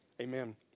Amen